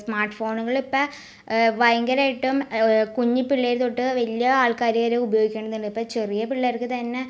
smart ഫോണുകൾ ഇപ്പം ഭയങ്കരമായിട്ടും കുഞ്ഞിപ്പിള്ളേർ തൊട്ട് വലിയ ആൾക്കാർ വരെ ഉപയോഗിക്കുന്നുണ്ട് ഇപ്പം ചെറിയ പിള്ളേർക്ക് തന്നെ